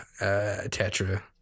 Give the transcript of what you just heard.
tetra